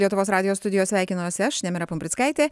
lietuvos radijo studijos sveikinuosi aš nemira pumprickaitė